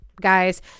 guys